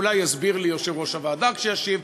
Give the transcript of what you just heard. אולי יסביר לי יושב-ראש הוועדה כשישיב,